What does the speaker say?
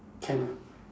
can ah